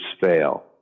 fail